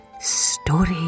Story